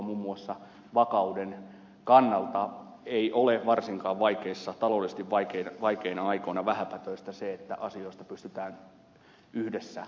muun muassa vakauden kannalta ei ole varsinkaan taloudellisesti vaikeina aikoina vähäpätöistä se että asioista pystytään yhdessä sopimaan